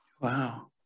Wow